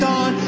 on